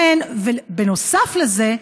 בנוסף לזה,